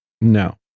No